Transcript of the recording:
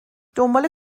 دنبال